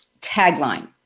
tagline